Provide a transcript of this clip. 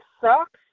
sucks